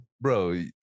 bro